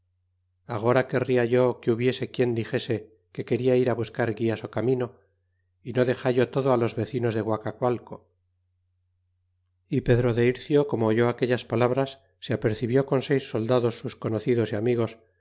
ágora querria yo que hubiese quien dixese que queria ir á buscar gulas ó camino y no dexallo todo á los vecinos de guacacualco y pedro de ircio como oyó aquellas palabras se apercebió con seis soldados sus conocidos y amigos